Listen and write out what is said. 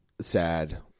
sad